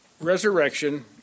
resurrection